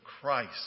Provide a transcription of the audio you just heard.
Christ